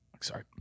Sorry